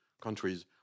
countries